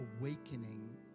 awakening